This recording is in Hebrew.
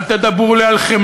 אל תדברו לי על חמלה,